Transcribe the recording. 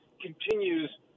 continues